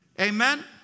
Amen